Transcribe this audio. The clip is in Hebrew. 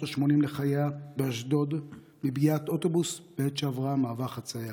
השמונים לחייה באשדוד מפגיעת אוטובוס בעת שעברה במעבר חציה.